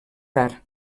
tard